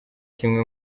kimwe